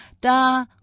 Da